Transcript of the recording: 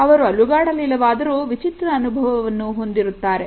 ಅವರು ಅಲುಗಾಡಲಿಲ್ಲ ವಾದರೂ ವಿಚಿತ್ರ ಅನುಭವವನ್ನು ಹೊಂದಿರುತ್ತಾರೆ